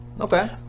Okay